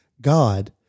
God